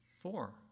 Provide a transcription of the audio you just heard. four